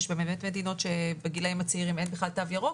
יש באמת מדינות שבגילאים הצעירים אין בכלל תו ירוק,